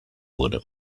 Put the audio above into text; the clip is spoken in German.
wurde